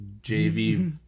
JV